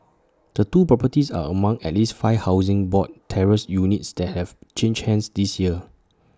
the two properties are among at least five Housing Board terraced units that have changed hands this year